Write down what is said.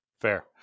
Fair